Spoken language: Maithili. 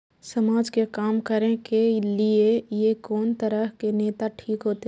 समाज के काम करें के ली ये कोन तरह के नेता ठीक होते?